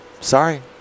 sorry